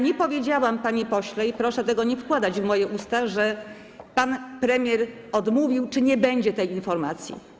Nie powiedziałam, panie pośle - i proszę tego nie wkładać w moje usta - że pan premier odmówił tego albo że nie będzie tej informacji.